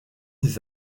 des